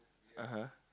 uh-huh